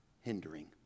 hindering